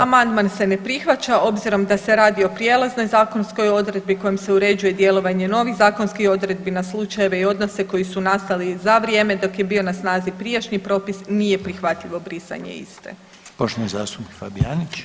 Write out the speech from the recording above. Amandman se ne prihvaća obzirom da se radi o prijelaznoj zakonskoj odredbi kojom se uređuje djelovanje novih zakonskih odredbi na slučajeve i odnose koji su nastali za vrijeme dok je bio na snazi prijašnji propis, nije prihvatljivo brisanje iste.